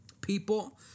People